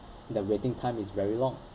the waiting time is very long